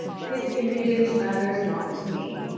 his impudence matters not to me.